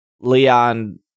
Leon